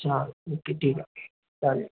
हां ओके ठीक आहे चालेल